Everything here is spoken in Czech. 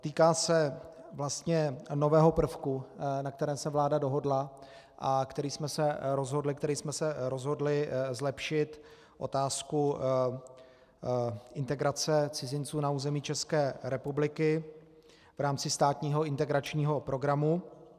Týká se vlastně nového prvku, na kterém se vláda dohodla a který jsme se rozhodli zlepšit otázku integrace cizinců na území České republiky v rámci státního integračního programu.